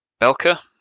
Belka